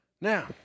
Now